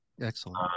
Excellent